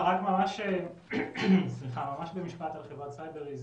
משפט על חברת cyberizen